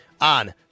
on